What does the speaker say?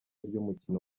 ry’umukino